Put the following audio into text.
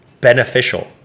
beneficial